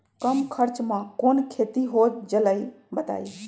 कम खर्च म कौन खेती हो जलई बताई?